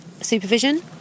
supervision